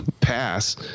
pass